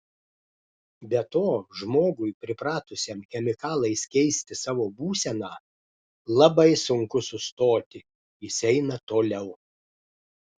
be to žmogui pripratusiam chemikalais keisti savo būseną labai sunku sustoti jis eina toliau